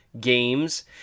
games